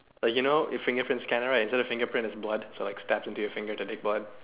like you know your fingerprint scanner right instead of fingerprint it's blood so it stabs into you finger to take blood